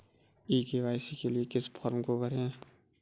ई KYC के लिए किस फ्रॉम को भरें?